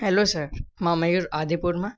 hello sir मां मयूर आदिपुर मां